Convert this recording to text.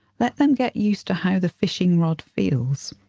let them get used to how the fishing rod feels'.